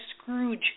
Scrooge